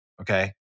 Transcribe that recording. Okay